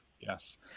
Yes